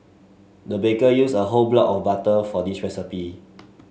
the baker used a whole block of butter for this recipe